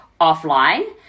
offline